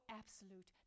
absolute